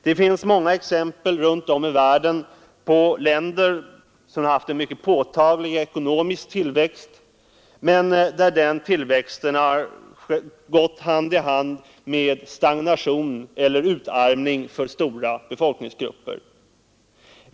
Det finns många exempel runt om i världen på länder som haft en mycket påtaglig ekonomisk tillväxt men där den tillväxten gått hand i hand med stagnation eller utarmning för stora folkgrupper.